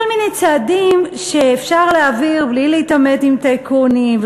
כל מיני צעדים שאפשר להעביר בלי להתעמת עם טייקונים,